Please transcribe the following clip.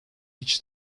hiç